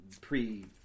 pre